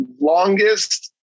longest